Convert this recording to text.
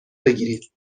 بگیرید